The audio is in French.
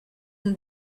une